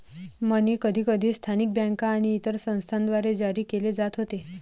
मनी कधीकधी स्थानिक बँका आणि इतर संस्थांद्वारे जारी केले जात होते